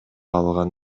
алган